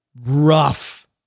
rough